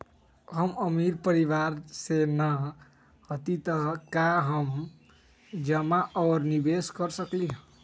हम अमीर परिवार से न हती त का हम जमा और निवेस कर सकली ह?